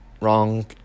Wrong